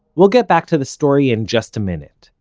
we'll get back to the story in just a minute,